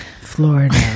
Florida